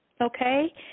okay